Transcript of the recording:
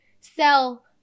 sell